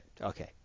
Okay